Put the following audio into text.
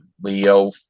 Leo